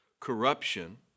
corruption